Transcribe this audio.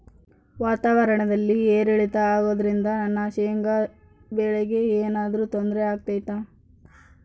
ವಾತಾವರಣ ಏರಿಳಿತ ಅಗೋದ್ರಿಂದ ನನ್ನ ಶೇಂಗಾ ಬೆಳೆಗೆ ಏನರ ತೊಂದ್ರೆ ಆಗ್ತೈತಾ?